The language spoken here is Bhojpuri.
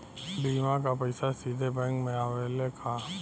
बीमा क पैसा सीधे बैंक में आवेला का?